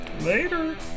Later